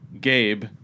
Gabe